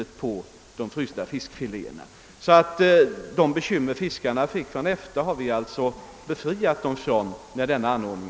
De bekymmer som fiskarna åsamkades i samband med EFTA-överenskommelsen har vi alltså befriat dem från genom denna nya ordning.